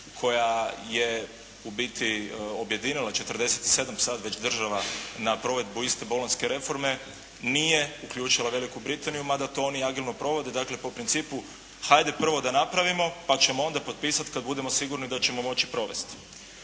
koja je u biti objedinila 47 sad već država na provedbu iste Bolonjske reforme nije uključila Veliku Britaniju mada to oni agilno provode. Dakle, po principu hajde prvo da napravimo, pa ćemo onda potpisati kad budemo sigurni da ćemo moći provesti.